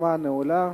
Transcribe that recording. הרשימה נעולה,